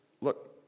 look